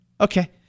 Okay